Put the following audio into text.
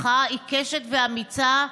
מחאה עיקשת ואמיצה,